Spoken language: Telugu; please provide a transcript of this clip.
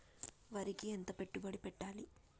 వరికి ఎంత పెట్టుబడి పెట్టాలి?